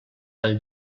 del